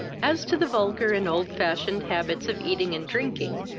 as to the vulgar and old-fashioned habits of eating and drinking,